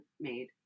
made